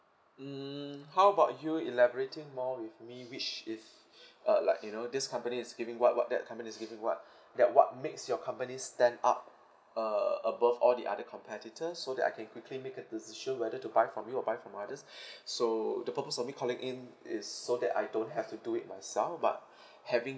mm how about you elaborating more with me which is uh like you know this company is giving what what that company is giving what that what makes your company stand out uh above all the other competitors so that I can quickly make a decision whether to buy from you or buy from others so the purpose of me calling in is so that I don't have to do it myself but having